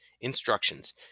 Instructions